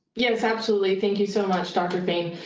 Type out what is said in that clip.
yes, absolutely. thank you so much dr. fain.